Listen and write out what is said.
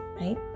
right